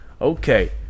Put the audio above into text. Okay